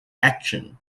action